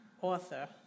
author